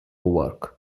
work